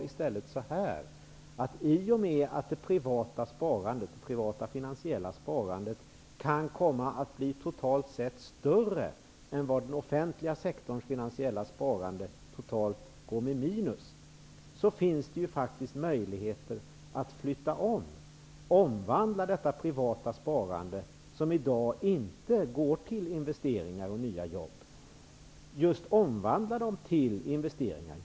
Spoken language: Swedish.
I stället sade jag: I och med att det privata finansiella sparandet kan komma att bli totalt sett större än vad den offentliga sektorns finansiella sparande totalt går med minus, finns det faktiskt möjligheter att flytta om, att omvandla detta privata sparande som i dag inte går till investeringar och nya jobb. Det gäller att omvandla detta sparande till investeringar.